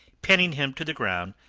pinning him to the ground,